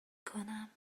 کنم